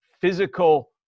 physical